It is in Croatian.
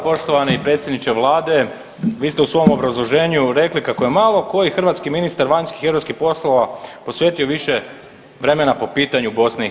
Poštovani predsjedniče vlade, vi ste u svom obrazloženju rekli kako je malo koji hrvatski ministar vanjskih i europskih poslova posvetio više vremena po pitanju BiH.